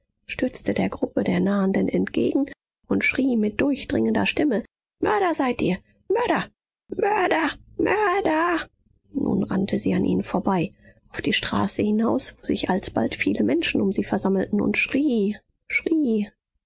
stürzte der gruppe der nahenden entgegen und schrie mit durchdringender stimme mörder seid ihr mörder mörder mörder nun rannte sie an ihnen vorbei auf die straße hinaus wo sich alsbald viele menschen um sie versammelten und schrie schrie